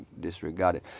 disregarded